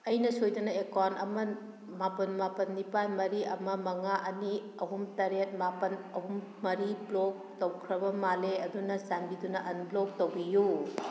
ꯑꯩꯅ ꯁꯣꯏꯗꯅ ꯑꯦꯀꯥꯎꯟ ꯑꯃ ꯃꯥꯄꯜ ꯃꯥꯄꯜ ꯅꯤꯄꯥꯜ ꯃꯔꯤ ꯑꯃ ꯃꯉꯥ ꯑꯅꯤ ꯑꯍꯨꯝ ꯇꯔꯦꯠ ꯃꯥꯄꯜ ꯑꯍꯨꯝ ꯃꯔꯤ ꯕ꯭ꯂꯣꯛ ꯇꯧꯈ꯭ꯔꯕ ꯃꯥꯜꯂꯦ ꯑꯗꯨꯅ ꯆꯥꯟꯕꯤꯗꯨꯅ ꯑꯟꯕ꯭ꯂꯣꯛ ꯇꯧꯕꯤꯌꯨ